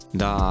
da